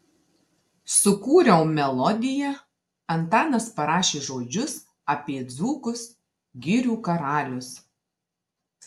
sukūriau melodiją antanas parašė žodžius apie dzūkus girių karalius